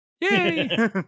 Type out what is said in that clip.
yay